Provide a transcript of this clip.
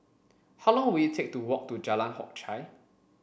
how long will it take to walk to Jalan Hock Chye